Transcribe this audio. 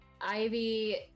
Ivy